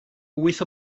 wyth